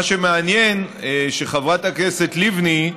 מה שמעניין הוא שחברת הכנסת לבני,